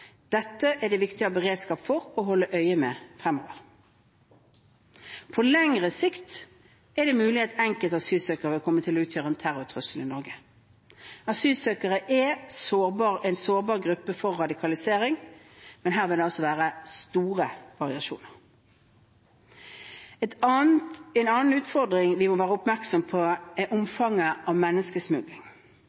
Dette er det viktig å ha en beredskap for og holde øye med fremover. På lengre sikt er det mulig at enkelte asylsøkere vil komme til å utgjøre en terrortrussel i Norge. Asylsøkere er en sårbar gruppe for radikalisering, men her vil det være store variasjoner. En annen utfordring vi må være oppmerksom på, er omfanget av menneskesmugling.